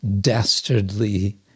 dastardly